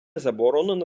заборонена